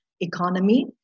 economy